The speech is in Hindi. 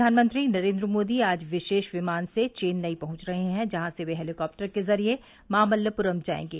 प्रधानमंत्री नरेन्द्र मोदी आज विशेष विमान से चेन्नई पहुंच रहे हैं जहां से वे हैलीकॉप्टर के जरिए मामल्लपुरम जाएंगे